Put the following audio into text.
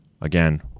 Again